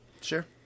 Sure